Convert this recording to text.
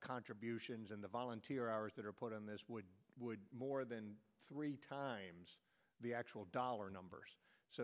contributions in the volunteer hours that are put on this would would more than three times the actual dollar numbers so